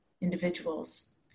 individuals